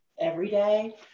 everyday